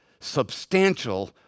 substantial